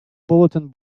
bulletin